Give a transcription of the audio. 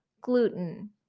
Gluten